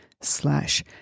slash